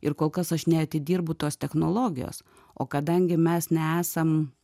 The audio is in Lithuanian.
ir kol kas aš neatidirbu tos technologijos o kadangi mes neesam